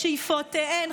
שאיפותיהן,